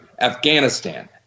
Afghanistan